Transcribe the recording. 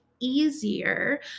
Easier